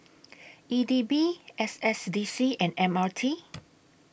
E D B S S D C and M R T